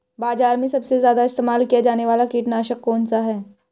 बाज़ार में सबसे ज़्यादा इस्तेमाल किया जाने वाला कीटनाशक कौनसा है?